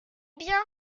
bien